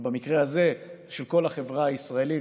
ובמקרה הזה של כל החברה הישראלית.